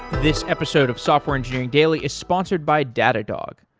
this episode of software engineering daily is sponsored by datadog.